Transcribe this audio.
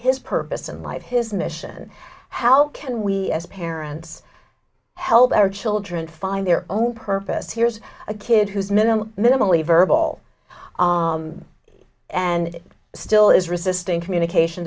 his purpose in life his mission how can we as parents help their children find their own purpose here's a kid who's middle minimally verbal and still is resisting communication